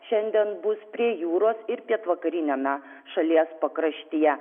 šiandien bus prie jūros ir pietvakariniame šalies pakraštyje